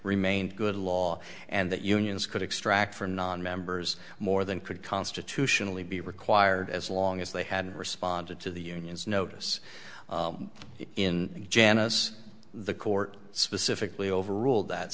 remained good law and that unions could extract from nonmembers more than could constitutionally be required as long as they had responded to the union's notice in janice the court specifically overruled that